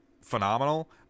phenomenal